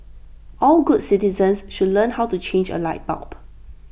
all good citizens should learn how to change A light bulb